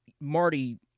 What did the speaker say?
Marty